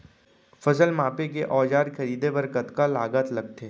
फसल मापके के औज़ार खरीदे बर कतका लागत लगथे?